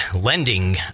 lending